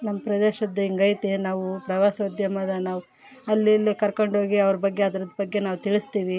ನಮ್ಮ ಪ್ರದೇಶದ್ದು ಹಿಂಗೈತೆ ನಾವು ಪ್ರವಾಸೋದ್ಯಮದ ನಾವು ಅಲ್ಲಿ ಇಲ್ಲಿ ಕರ್ಕೊಂಡ್ ಹೋಗಿ ಅವ್ರ ಬಗ್ಗೆ ಅದರ್ ಬಗ್ಗೆ ನಾವು ತಿಳಿಸ್ತೀವಿ